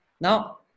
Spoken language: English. Now